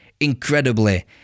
Incredibly